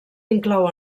inclou